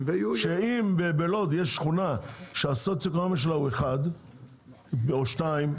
כך שאם בלוד יש שכונה שהדירוג הסוציו-אקונומי שלה הוא 1 או 2,